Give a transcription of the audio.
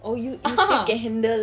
oh you you still can handle lah